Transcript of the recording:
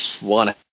one